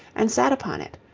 and sat upon it.